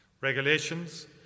Regulations